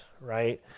right